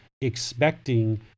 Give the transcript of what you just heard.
expecting